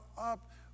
up